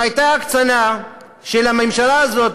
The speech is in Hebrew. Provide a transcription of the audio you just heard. אם הייתה הקצנה של הממשלה הזאת,